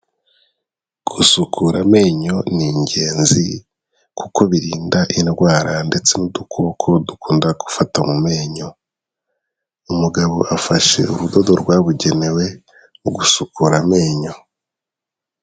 Gusukura amenyo ni ingenzi kuko birinda indwara ndetse n'udukoko dukunda gufata mu menyo, umugabo afashe urudodo rwabugenewe mu gusukura amenyo.